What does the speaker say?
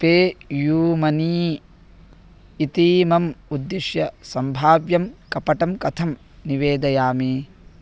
PayU money इतीमम् उद्दिश्य सम्भाव्यं कपटं कथं निवेदयामि